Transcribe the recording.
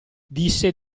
disse